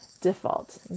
default